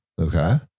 Okay